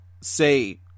say